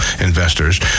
investors